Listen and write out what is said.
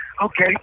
Okay